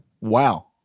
Wow